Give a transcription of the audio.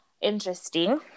interesting